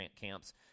camps